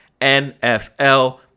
NFL